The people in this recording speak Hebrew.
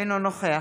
אינו נוכח